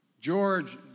George